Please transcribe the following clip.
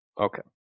Okay